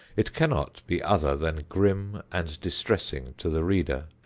it cannot be other than grim and distressing to the reader.